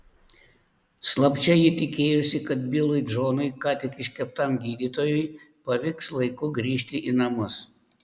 slapčia ji tikėjosi kad bilui džonui ką tik iškeptam gydytojui pavyks laiku grįžti į namus